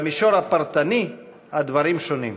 במישור הפרטני הדברים שונים.